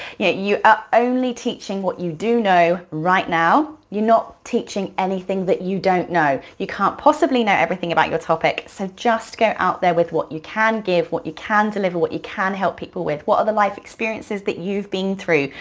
yeah you are only teaching what you do know right now. you're not teaching anything that you don't know. you can't possibly know everything about your topic, so just get out there with what you can give, what you can deliver, what you can help people with. what are the life experiences that you've been through,